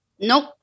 Nope